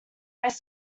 ice